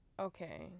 Okay